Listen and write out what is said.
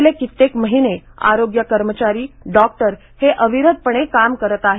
गेले कित्येक महिने आरोग्य कर्मचारी डॉक्टर हे अविरतपणे काम करत आहेत